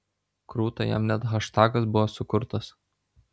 krūta jam net haštagas buvo sukurtas